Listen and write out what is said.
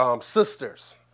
sisters